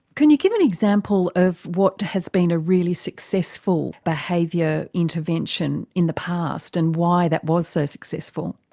can you give an example of what has been a really successful behaviour intervention in the past, and why that was so successful?